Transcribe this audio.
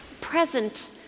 present